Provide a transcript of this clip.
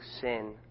sin